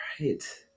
right